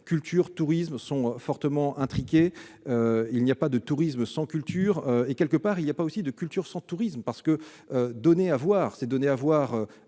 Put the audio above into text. culture et tourisme sont fortement imbriqués. Il n'y a pas de tourisme sans culture, comme il n'y a pas de culture sans tourisme. Car donner à voir, c'est donner à voir